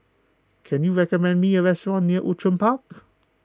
can you recommend me a restaurant near Outram Park